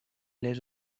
les